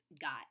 got